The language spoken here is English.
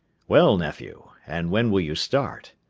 well, nephew, and when will you start?